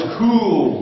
cool